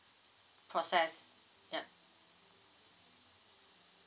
process yup